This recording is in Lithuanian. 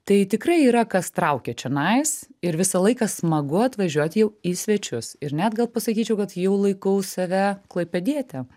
tai tikrai yra kas traukia čionais ir visą laiką smagu atvažiuot jau į svečius ir net gal pasakyčiau kad jau laikau save klaipėdiete